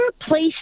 place